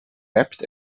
wept